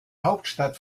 hauptstadt